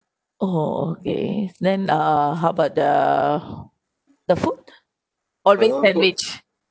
oh okay then uh how about the the food always sandwich